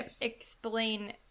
explain